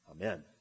Amen